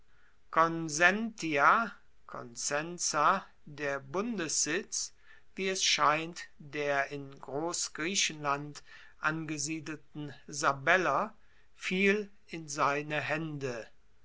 der bundessitz wie es scheint der in grossgriechenland angesiedelten sabeller fiel in seine haende